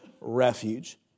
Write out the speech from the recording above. refuge